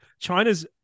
China's